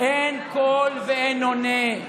אין קול ואין עונה.